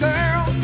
girl